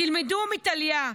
תלמדו מטליה,